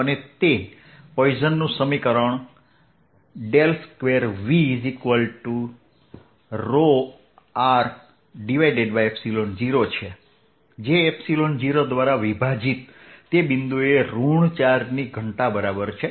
અને તે પોઇસનનું સમીકરણ ∇2v r0 છે જે 0 દ્વારા વિભાજિત તે બિંદુએ ઋણ ચાર્જની ઘનતા બરાબર છે